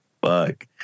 fuck